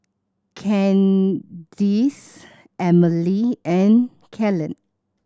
Candyce Emelie and Kellen